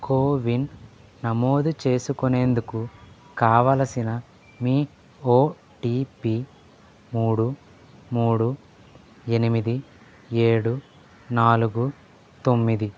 CoWIN నమోదు చేసుకునేందుకు కావలసిన మీ ఓటిపి మూడు మూడు ఎనిమిది ఏడు నాలుగు తొమ్మిది